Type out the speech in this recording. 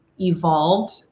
evolved